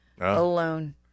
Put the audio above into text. alone